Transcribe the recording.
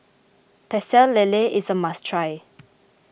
Pecel Lele is a must try